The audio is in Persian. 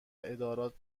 ادارات